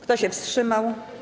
Kto się wstrzymał?